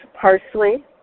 parsley